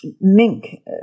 mink